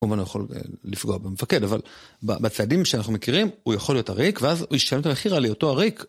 הוא כמובן לא יכול לפגוע במפקד, אבל בצעדים שאנחנו מכירים, הוא יכול להיות עריק ואז הוא יישלם את המחיר על היותו עריק.